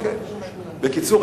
בקיצור,